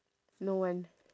no one